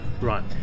Right